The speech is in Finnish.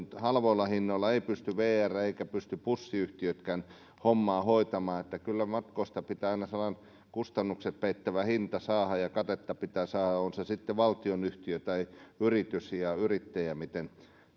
halvoilla hinnoilla ei pysty vr eivätkä pysty bussiyhtiötkään hommaa hoitamaan että kyllä matkoista pitää aina sellainen kustannukset peittävä hinta saada ja katetta pitää saada on se sitten valtionyhtiö tai yritys ja yrittäjä miten